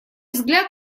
взгляд